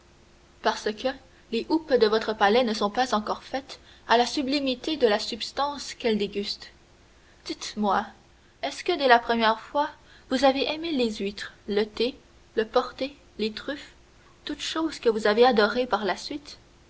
parce que les houppes de votre palais ne sont pas encore faites à la sublimité de la substance qu'elles dégustent dites-moi est-ce que dès la première fois vous avez aimé les huîtres le thé le porter les truffes toutes choses que vous avez adorées par la suite